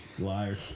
Liar